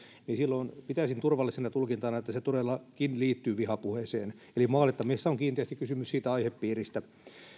niin silloin pitäisin turvallisena tulkintana että se todellakin liittyy vihapuheeseen eli maalittamisessa on kiinteästi kysymys siitä aihepiiristä